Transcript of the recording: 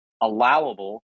allowable